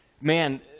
man